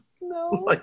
No